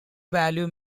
value